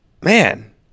Man